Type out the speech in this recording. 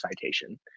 citation